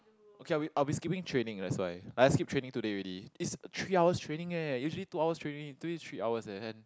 okay I I'll be skipping training that's why I skip training today already it's three hours training eh usually two hours training today is three hours and